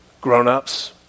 Grown-ups